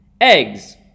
Eggs